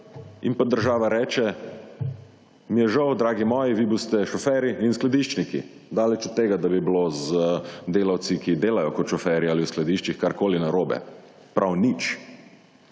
jim pa država reče, mi je žal, dragi moji, vi boste šoferji in skladiščniki. Daleč od tega, da bi bilo z delavci, ki delajo kot šoferji ali v skladiščih, karkoli narobe, prav nič,